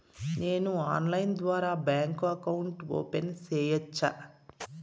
నేను ఆన్లైన్ ద్వారా bank account open సేయొచ్చా?